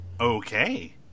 Okay